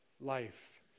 life